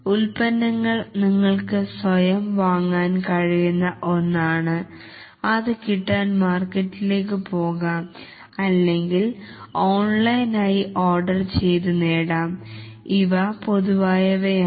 ഉൽപ്പന്നങ്ങൾ നിങ്ങൾക്ക് സ്വയം വാങ്ങാൻ കഴിയുന്ന ഒന്നാണ് അത് കിട്ടാൻ മാർക്കറ്റിലേക്ക് പോകാം അല്ലെങ്കിൽ ഓൺലൈനായി ഓർഡർ ചെയ്തു നേടാം ഇവ പൊതുവായവ യാണ്